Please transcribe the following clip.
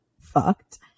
fucked